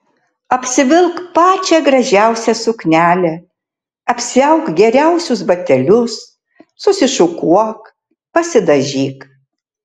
apsivilk pačią gražiausią suknelę apsiauk geriausius batelius susišukuok pasidažyk